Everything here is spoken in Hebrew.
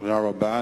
תודה רבה.